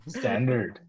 standard